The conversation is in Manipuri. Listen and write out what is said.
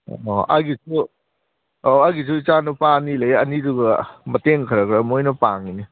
ꯑꯣ ꯑꯩꯒꯤꯁꯨ ꯑꯣ ꯑꯩꯒꯤꯁꯨ ꯏꯆꯥꯅꯨꯄꯥ ꯑꯅꯤ ꯂꯩꯌꯦ ꯑꯅꯤꯗꯨꯒ ꯃꯇꯦꯡ ꯈꯔ ꯈꯔ ꯃꯣꯏꯅ ꯄꯥꯡꯉꯤꯅꯦ